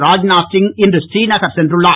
ராத்நாத்சிங் இன்று ஸ்ரீநகர் சென்றுள்ளார்